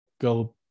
go